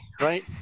right